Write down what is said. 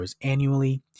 annually